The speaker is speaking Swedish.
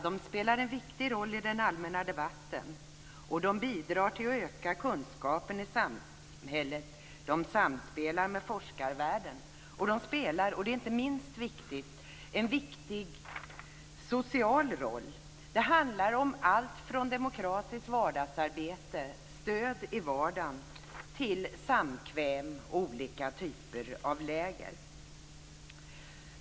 De spelar en viktig roll i den allmänna debatten och bidrar till att öka kunskapen i samhället. De samspelar med forskarvärlden. Och de spelar, och det är inte minst viktigt, en viktig social roll. Det handlar om allt från demokratiskt vardagsarbete, stöd i vardagen, till samkväm och olika typer av läger.